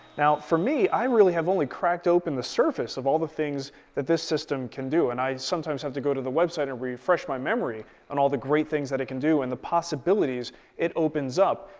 now for me, i really have only cracked open the surface of all the things that this system can do and i sometimes have to go to the website and refresh my memory on all the great things that it can do and the possibilities it opens up.